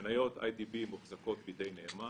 מניות אי די בי מוחזקות בידי נאמן.